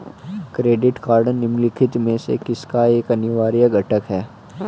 Credit card निम्नलिखित में से किसका एक अनिवार्य घटक है?